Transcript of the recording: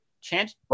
Chance